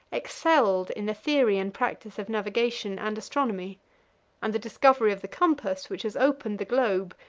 excelled in the theory and practice of navigation and astronomy and the discovery of the compass, which has opened the globe,